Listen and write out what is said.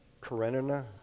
karenina